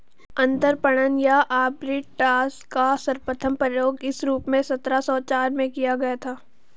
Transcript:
अंतरपणन या आर्बिट्राज का सर्वप्रथम प्रयोग इस रूप में सत्रह सौ चार में किया गया था